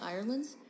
Ireland's